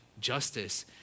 justice